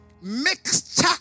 mixture